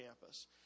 campus